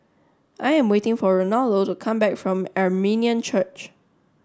I am waiting for Ronaldo to come back from Armenian Church